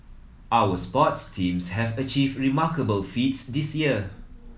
our sports teams have achieved remarkable feats this year